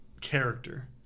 character